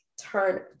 turn